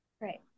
Right